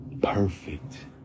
perfect